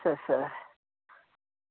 अच्छा अच्छा